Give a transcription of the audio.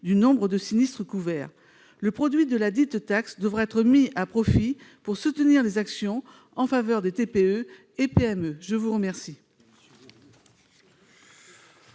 du nombre de sinistres couverts. Le produit de ladite taxe devra être mis à profit pour soutenir les actions en faveur des TPE et PME. Les deux